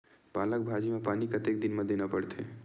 पालक भाजी म पानी कतेक दिन म देला पढ़ही?